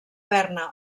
berna